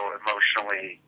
emotionally